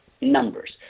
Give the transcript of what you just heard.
numbers